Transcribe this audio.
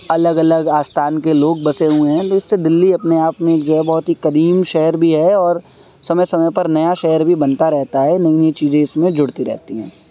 الگ الگ آستان کے لوگ بسے ہوئے ہیں تو اس طرح دلی اپنے آپ میں ایک جو ہے بہت ہی کدیم شہر بھی ہے اور سمے سمے پر نیا شہر بھی بنتا رہتا ہے نئی نئی چیجیں اس میں جڑتی رہتی ہیں